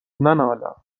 ننالم